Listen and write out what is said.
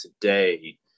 today